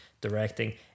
directing